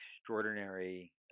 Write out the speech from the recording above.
extraordinary